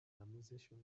تمیزشون